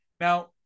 Now